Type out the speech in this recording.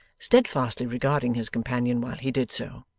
steadfastly regarding his companion while he did so.